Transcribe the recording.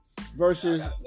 versus